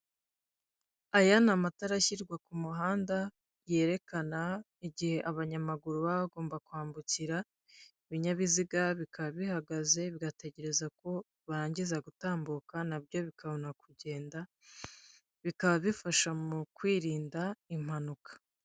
Aya ni amatara ashyirwa ku muhanda yerekana igihe abanyamaguru baba bagomba kwambukira, ibinyabiziga bikaba bihagaze bigategereza ko barangiza gutambuka, nabyo bikabona kugenda. Bikaba bifasha mu kwirinda impanuka.